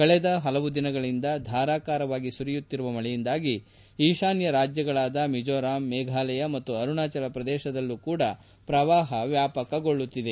ಕಳೆದ ಹಲವು ದಿನಗಳಿಂದ ಧಾರಾಕಾರವಾಗಿ ಸುರಿಯುತ್ತಿರುವ ಮಳೆಯಿಂದಾಗಿ ಈಶಾನ್ಹ ರಾಜ್ಹಗಳಾದ ಮಿಜೋರಾಂ ಮೇಘಾಲಯ ಮತ್ತು ಅರುಣಾಚಲಪ್ರದೇಶದಲ್ಲಿ ಸಹ ಪ್ರವಾಹ ವ್ಯಾಪಕಗೊಳ್ಳುತ್ತಿದೆ